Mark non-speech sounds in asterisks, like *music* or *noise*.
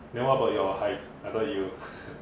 then what about your hives I thought you *breath*